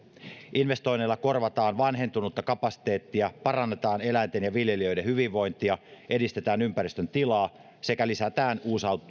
investoinneilla korvataan vanhentunutta kapasiteettia parannetaan eläinten ja viljelijöiden hyvinvointia edistetään ympäristön tilaa sekä lisätään